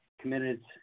committed